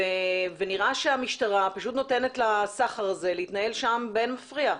נראה שהמשטרה פשוט נותנת לסחר הזה להתנהל שם באין מפריע.